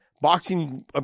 boxing